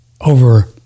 over